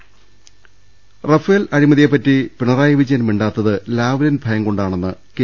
രദ്ദേഷ്ടങ റഫാൽ അഴിമതിയെപ്പറ്റി പിണറായി വിജയൻ മിണ്ടാത്തത് ലാവ്ലിൻ ഭ യം കൊണ്ടാണെന്ന് കെ